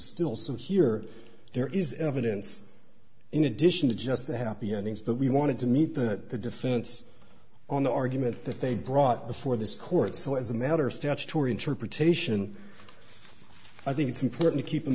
some here there is evidence in addition to just the happy endings that we wanted to meet that the defense on the argument that they brought before this court so as a matter of statutory interpretation i think it's important to keep in